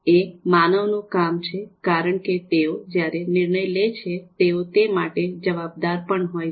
એ માનવોનું કામ છે કારણ કે તેઓ જ્યારે નિર્ણય લે છે તેઓ તે માટે જવાબદાર પણ હોય છે